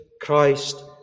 Christ